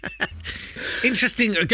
Interesting